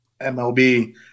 MLB